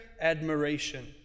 admiration